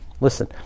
listen